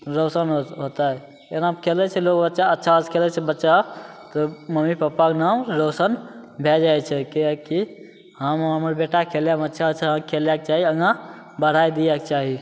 रौशन होतै खेलै छै लोग अच्छा से खेलै छै बच्चा तऽ मम्मी पापाके नाम रौशन भए जाइ छै किएकि हम हमर बेटा खेलेमे अच्छा छै खेलेके चाही आगाँ बढे दिए के चाही